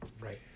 Right